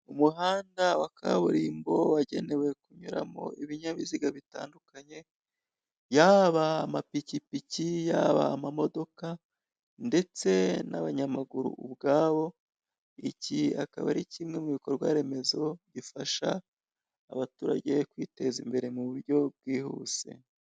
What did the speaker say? Umuhanda wa kaburimbo wagenewe kunyuramo ibinyabiziga bitandukanye, yaba amapikipiki yaba amamodoka ndetse n' abanyamaguru ubwabo. Iki akaba ari kimwe mu bikorwaremezo bifasha abaturage kwiteza imbere mu buryo bwihuse.